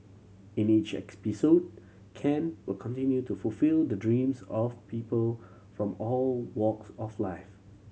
in each Ken will continue to fulfil the dreams of people from all walks of life